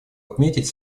отметить